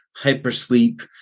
hypersleep